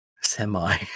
semi